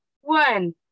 one